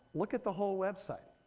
look at the whole website.